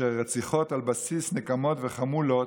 ששם יש רציחות על בסיס נקמות וחמולות,